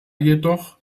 jedoch